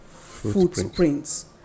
footprints